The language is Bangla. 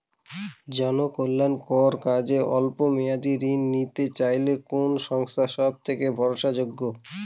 জনকল্যাণকর কাজে অল্প মেয়াদী ঋণ নিতে চাইলে কোন সংস্থা সবথেকে ভরসাযোগ্য?